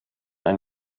ein